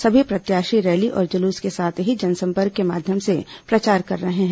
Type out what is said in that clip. सभी प्रत्याशी रैली और जुलूस के साथ ही जनसंपर्क के माध्यम से प्रचार कर रहे हैं